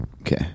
Okay